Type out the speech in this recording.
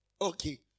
Okay